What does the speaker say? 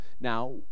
Now